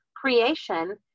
creation